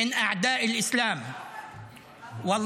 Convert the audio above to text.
--- טלי,